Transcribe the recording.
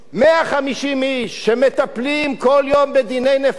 150 איש שמטפלים כל יום בדיני נפשות,